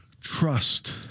trust